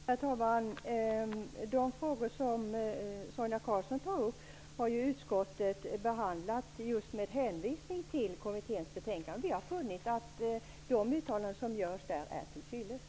Herr talman! Utskottet har ju behandlat de frågor som Sonia Karlsson tog upp just med hänvisning till kommitténs betänkande. Utskottet har funnit att de uttalanden som där görs är till fyllest.